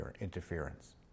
interference